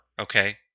Okay